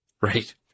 Right